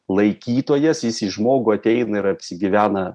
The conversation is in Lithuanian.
laikytojas jis į žmogų ateina ir apsigyvena